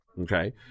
Okay